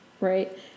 Right